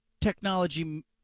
technology